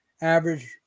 average